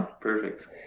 Perfect